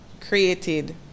created